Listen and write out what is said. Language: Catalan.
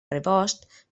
rebost